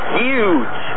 huge